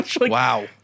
Wow